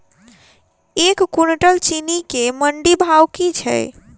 एक कुनटल चीनी केँ मंडी भाउ की छै?